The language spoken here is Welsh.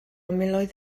miloedd